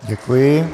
Děkuji.